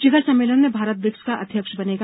शिखर सम्मेलन में भारत ब्रिक्स का अध्यक्ष बनेगा